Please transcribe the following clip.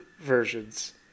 versions